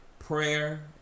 prayer